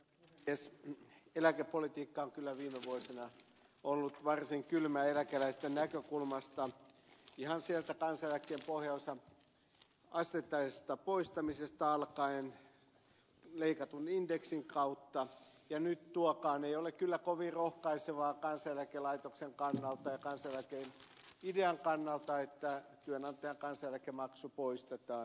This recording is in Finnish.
eläkepolitiikka on kyllä viime vuosina ollut varsin kylmä eläkeläisten näkökulmasta ihan sieltä kansaneläkkeen pohjaosan asteittaisesta poistamisesta alkaen leikatun indeksin kautta ja nyt tuokaan ei ole kyllä kovin rohkaisevaa kansaneläkelaitoksen kannalta ja kansaneläkkeen idean kannalta että työnantajan kansaneläkemaksu poistetaan